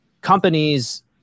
companies